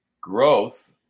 growth